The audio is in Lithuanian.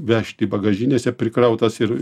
vežti bagažinėse prikrautas ir